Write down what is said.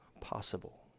possible